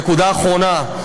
נקודה אחרונה: